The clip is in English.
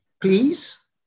Please